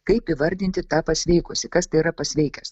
kaip įvardinti tą pasveikusį kas tai yra pasveikęs